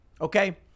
okay